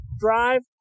drive